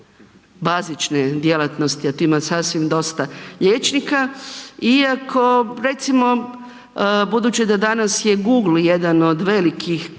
bazične djelatnosti a tu ima sasvim dosta liječnika, iako recimo budući da danas je google jedan od velikih načina